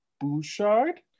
bouchard